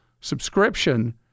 subscription